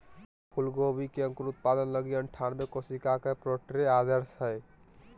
फूलगोभी के अंकुर उत्पादन लगी अनठानबे कोशिका के प्रोट्रे आदर्श हइ